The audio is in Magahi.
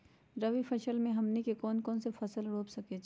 रबी फसल में हमनी के कौन कौन से फसल रूप सकैछि?